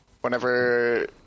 whenever